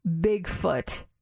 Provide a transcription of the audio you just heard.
Bigfoot